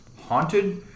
haunted